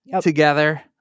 together